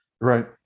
Right